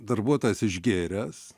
darbuotojas išgėręs